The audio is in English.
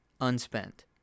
unspent